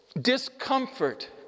discomfort